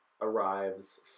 arrives